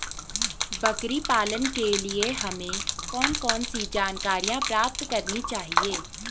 बकरी पालन के लिए हमें कौन कौन सी जानकारियां प्राप्त करनी चाहिए?